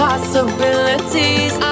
Possibilities